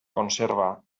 conserva